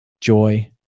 joy